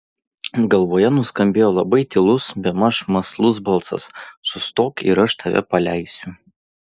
galvoje nuskambėjo labai tylus bemaž mąslus balsas sustok ir aš tave paleisiu